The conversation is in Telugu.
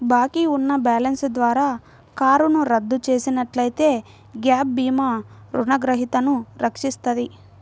బాకీ ఉన్న బ్యాలెన్స్ ద్వారా కారును రద్దు చేసినట్లయితే గ్యాప్ భీమా రుణగ్రహీతను రక్షిస్తది